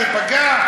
זה פגע?